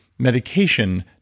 medication